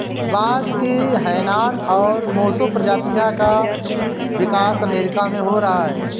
बांस की हैनान और मोसो प्रजातियों का विकास अमेरिका में हो रहा है